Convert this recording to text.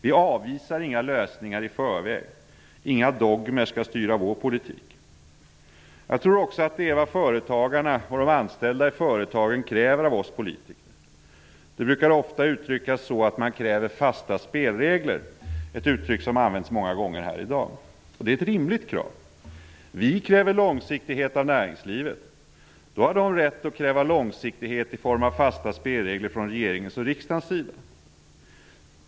Vi avvisar inga lösningar i förväg. Inga dogmer skall styra vår politik. Jag tror också att det är vad företagarna och de anställda i företagen kräver av oss politiker. Det brukas ofta uttryckas så att man kräver fasta spelregler. Det är ett uttryck som har använts många gånger här i dag. Det är ett rimligt krav. Vi kräver långsiktighet av näringslivet. Då har de rätt att kräva långsiktighet i form av fasta spelregler från regeringens och riksdagens sida.